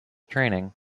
training